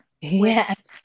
Yes